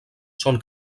són